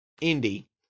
Indy